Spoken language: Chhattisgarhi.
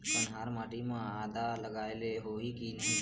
कन्हार माटी म आदा लगाए ले होही की नहीं?